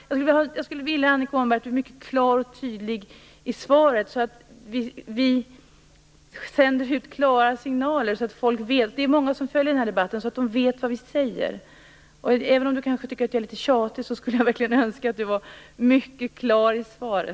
Jag skulle vilja att Annika Åhnberg var mycket klar och tydlig i svaret, så att vi sänder ut klara signaler och så att folk vet. Det är många som följer den här debatten, och det är viktigt att de vet vad vi säger. Även om Annika Åhnberg kanske tycker att jag är litet tjatig skulle jag verkligen önska att hon var mycket klar i svaret.